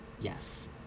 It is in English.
Yes